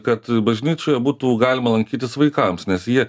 kad bažnyčioje būtų galima lankytis vaikams nes jie